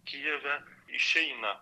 kijeve išeina